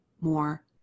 more